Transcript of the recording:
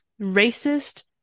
racist